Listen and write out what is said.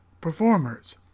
performers